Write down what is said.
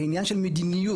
כעניין של מדיניות,